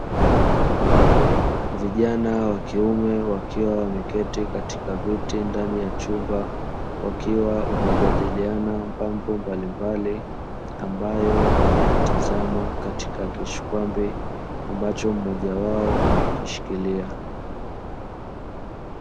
Vijana wakiume wakiwa wameketi katika viti ndani ya chumba, wakiwa wanajadiliana mambo mbalimbali ambayo wanayatazama katika kishikwambi, ambacho mmoja wao amekishikilia.